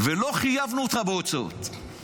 ולא חייבנו אותך בהוצאות.